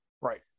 Right